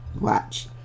Watch